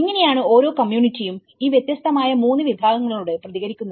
എങ്ങനെയാണ് ഓരോ കമ്മ്യൂണിറ്റിയും ഈ വ്യത്യസ്തമായ 3 വിഭാഗങ്ങളോട് പ്രതികരിക്കുന്നത്